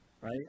right